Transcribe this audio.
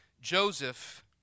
Joseph